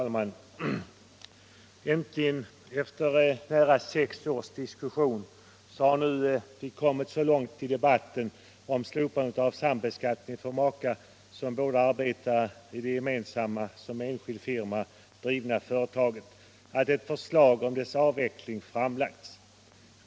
Herr talman! Äntligen, efter nära sex års diskussion, har vi nu kommit så långt i debatten om slopandet av sambeskattningen för makar som båda arbetar i det gemensamma som enskild firma drivna företaget att ett förslag om dess avveckling har framlagts.